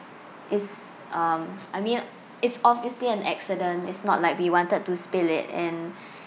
it's um I mean it's obviously an accident it's not like we wanted to spill it and